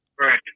Right